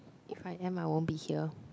if I am I won't be here